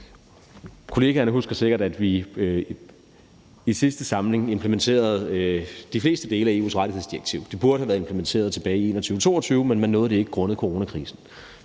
kollegaer herinde husker sikkert, at vi i sidste samling implementerede de fleste dele af EU's rettighedsdirektiv. Det burde have været implementeret tilbage i 2021-2022, men man nåede det ikke grundet coronakrisen.